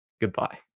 goodbye